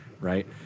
right